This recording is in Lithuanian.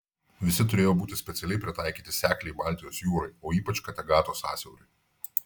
visi turėjo būti specialiai pritaikyti sekliai baltijos jūrai o ypač kategato sąsiauriui